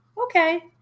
Okay